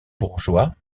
bourgeois